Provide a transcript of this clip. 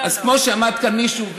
אז כמו שעמד כאן מישהו,